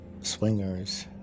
Swingers